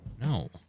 no